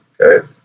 okay